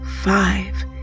five